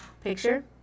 picture